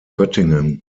göttingen